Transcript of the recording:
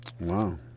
Wow